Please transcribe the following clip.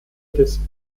des